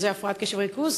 שזו הפרעת קשב וריכוז,